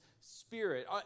Spirit